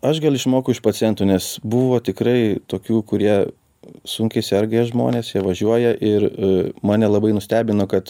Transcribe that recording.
aš gal išmokau iš pacientų nes buvo tikrai tokių kurie sunkiai serga jie žmonės jie važiuoja ir mane labai nustebino kad